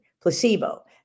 placebo